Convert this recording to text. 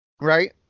right